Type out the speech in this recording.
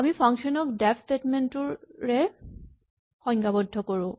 আমি ফাংচন ক def statement টোৰে সংজ্ঞাবদ্ধ কৰোঁ